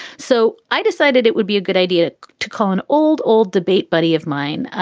so i decided it would be a good idea to call an old old debate buddy of mine,